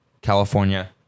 California